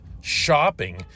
shopping